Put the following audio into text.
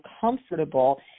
comfortable